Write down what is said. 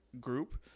group